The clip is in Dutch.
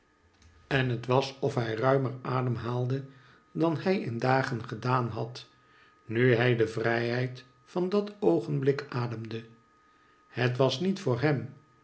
en het was of hij ruimer mem naaiac aan mj in aagcn gcuaan nau nu mj ae vrijheid van dit oogenblik ademde het was niet voor hem